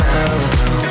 Malibu